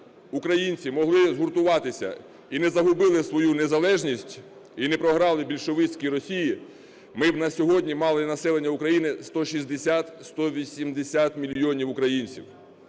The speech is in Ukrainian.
українці могли згуртуватися і не загубили свою незалежність, і не програли більшовицькій Росії, ми б на сьогодні мали населення України 160-180 мільйонів українців.